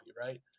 right